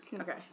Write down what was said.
Okay